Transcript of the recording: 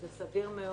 זה סביר מאוד.